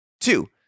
Two